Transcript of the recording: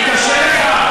נורא פשוט.